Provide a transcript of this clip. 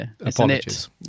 apologies